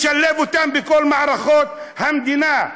לשלב אותם בכל מערכות המדינה,